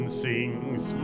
sings